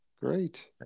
Great